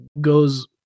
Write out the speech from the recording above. goes